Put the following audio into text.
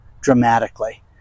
dramatically